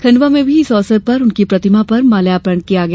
खंडवा में भी इस अवसर पर उनकी प्रतिमा पर माल्यार्पण किया गया